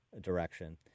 direction